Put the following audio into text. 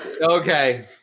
Okay